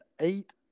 eight